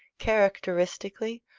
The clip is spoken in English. characteristically,